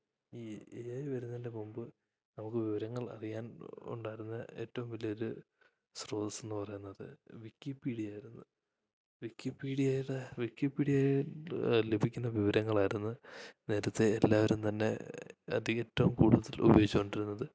ഈ A I വരുന്നതിന്റെ മുമ്പ് നമുക്ക് വിവരങ്ങൾ അറിയാൻ ഉണ്ടായിരുന്ന ഏറ്റോം വലിയ ഒരു സ്രോതസ്സ് എന്ന് പറയുന്നത് വിക്കിപ്പീഡ്യാരുന്നു വിക്കിപ്പീഡ്യേൽ വിക്കിപ്പീഡ്യായിൽ ലഭിക്കുന്ന വിവരങ്ങൾ ആയിരുന്നു നേരത്തെ എല്ലാവരും തന്നെ അത് ഏറ്റോം കൂടുതൽ ഉപയോഗിച്ചോണ്ടിരുന്നത്